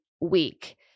week